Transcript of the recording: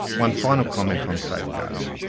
one final comment on safeguards.